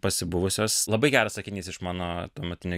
pasibuvusios labai geras sakinys iš mano tuometinio